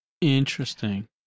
Interesting